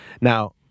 Now